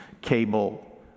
cable